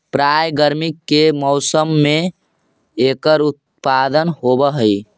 प्रायः गर्मी के मौसम में एकर उत्पादन होवअ हई